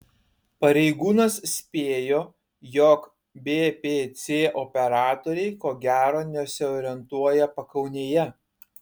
pareigūnas spėjo jog bpc operatoriai ko gero nesiorientuoja pakaunėje